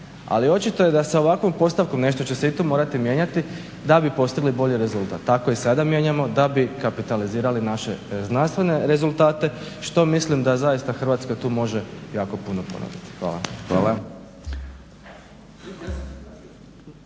Ali očito da sa ovakvom postavkom nešto će se i tu morati mijenjati da bi postigli bolji rezultat. Tako i sada mijenjamo da bi kapitalizirali naše znanstvene rezultate što mislim da zaista Hrvatska tu može jako puno ponuditi. Hvala.